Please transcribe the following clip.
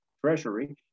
treasury